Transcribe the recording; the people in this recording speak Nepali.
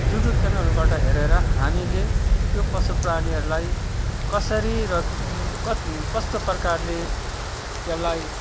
युट्युब च्यानलहरूबाट हेरेर हामीले त्यो पशु प्राणीहरूलाई कसरी र कत् कस्तो प्रकारले त्यसलाई